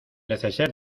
neceser